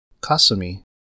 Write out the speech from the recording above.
Kasumi